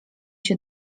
się